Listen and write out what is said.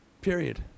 Period